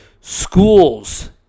schools